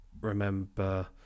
remember